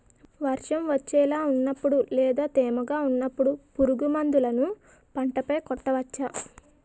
వర్షం వచ్చేలా వున్నపుడు లేదా తేమగా వున్నపుడు పురుగు మందులను పంట పై కొట్టవచ్చ?